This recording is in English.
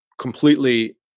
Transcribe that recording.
completely